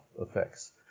effects